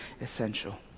essential